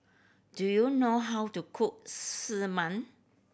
do you know how to cook